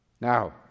Now